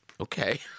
okay